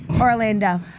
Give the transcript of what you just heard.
Orlando